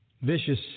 Vicious